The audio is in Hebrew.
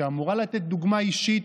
שאמורה לתת דוגמה אישית.